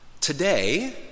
Today